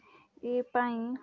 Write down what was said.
ଏ ପାଇଁ